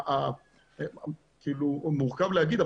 מורכב להגיד,